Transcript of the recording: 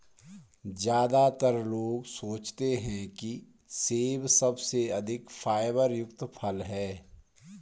ज्यादातर लोग सोचते हैं कि सेब सबसे अधिक फाइबर युक्त फल है